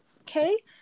Okay